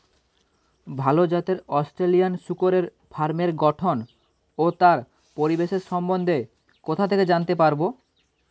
ভাল জাতের অস্ট্রেলিয়ান শূকরের ফার্মের গঠন ও তার পরিবেশের সম্বন্ধে কোথা থেকে জানতে পারবো?